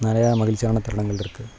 நிறையா மகிழ்ச்சியான தருணங்கள் இருக்குது